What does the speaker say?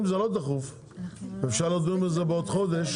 אם זה לא דחוף ואפשר לדון בזה בעוד חודש,